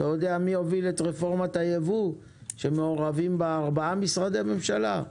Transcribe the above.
מי הוביל את רפורמת הייבוא שמעורבים בה 4 משרדי ממשלה?